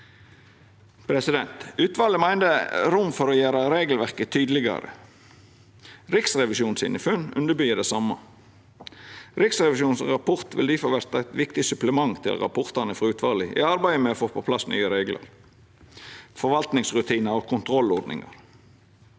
meiner det er rom for å gjera regelverket tydelegare. Riksrevisjonen sine funn underbyggjer det same. Riksrevisjonens rapport vil difor verta eit viktig supplement til rapportane frå utvalet i arbeidet med å få på plass nye reglar, forvaltingsrutinar og kontrollordningar.